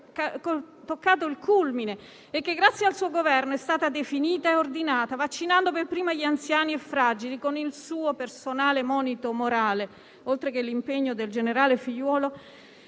che abbiamo toccato il culmine - che, grazie al suo Governo, è stata definita e ordinata, vaccinando per primi gli anziani e i fragili, con il suo personale monito morale, oltre che con l'impegno del generale Figliuolo,